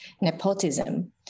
nepotism